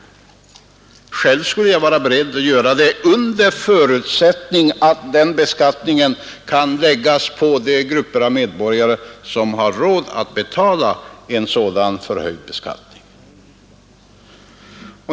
Jag skulle vara beredd att medverka under förutsättning att beskattningen kan läggas på de grupper av medborgare som har råd att betala en sådan förhöjd skatt.